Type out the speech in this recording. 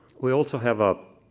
we also have ah